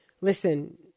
Listen